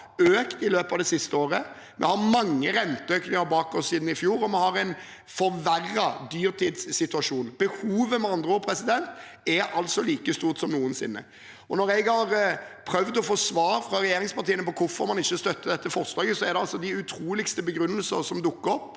vi har, økt i løpet av det siste året. Vi har mange renteøkninger bak oss siden i fjor, og vi har en forverret dyrtidssituasjon. Behovet er med andre ord like stort som noensinne. Når jeg har prøvd å få svar fra regjeringspartiene på hvorfor man ikke støtter dette forslaget, er det de utroligste begrunnelser som dukker opp.